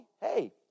hey